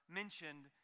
mentioned